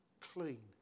clean